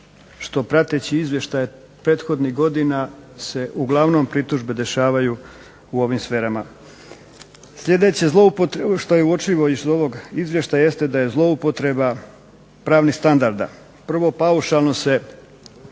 što prateći izvještaje prethodnih godina se uglavnom pritužbe dešavaju u ovim sferama. Sljedeće što je uočljivo iz ovog izvještaja jeste da je zloupotreba pravnih standarda. Prvo paušalno se